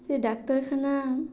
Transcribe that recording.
ସେ ଡାକ୍ତରଖାନା